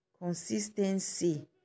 consistency